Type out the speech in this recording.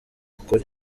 ukuri